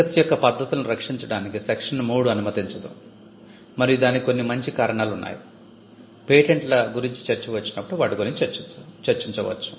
చికిత్స యొక్క పద్ధతులను రక్షించడానికి సెక్షన్ 3 అనుమతించదు మరియు దానికి కొన్ని మంచి కారణాలు ఉన్నాయి పేటెంట్ల గురించి చర్చ వచ్చినప్పుడు వాటి గురించి చర్చించవచ్చు